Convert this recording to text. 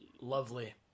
Lovely